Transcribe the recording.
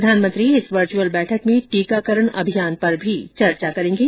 प्रधानमंत्री इस वर्चयूल बैठक में टीकाकरण अभियान पर भी चर्चा करेंगे